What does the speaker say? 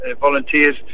volunteers